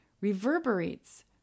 reverberates